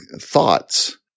thoughts